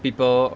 people